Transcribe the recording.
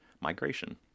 migration